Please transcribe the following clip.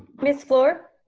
miss fluor?